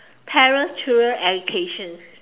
parents children education